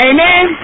Amen